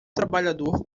trabalhador